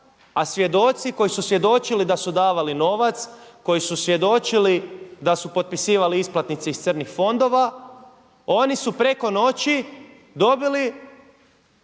a svjedoci koji su svjedočili da su davali novac, kojisu svjedočili da su potpisivali isplatnice iz crnih fondova oni su preko noći dobili